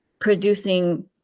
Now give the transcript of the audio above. producing